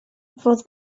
fodd